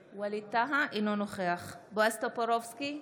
טאהא, אינו נוכח בועז טופורובסקי,